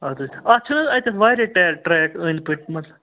اَد حظ اَتھ چھُ نہٕ اَتٮ۪تھ واریاہ ٹیک ٹرٛیک أنٛدۍ پٔتۍ منٛز